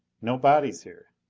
no bodies here!